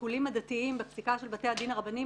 שהשיקולים הדתיים בפסיקה של בתי הדין הרבניים